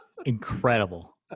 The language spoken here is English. incredible